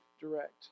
direct